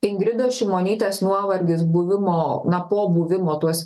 ingridos šimonytės nuovargis buvimo na po buvimo tuos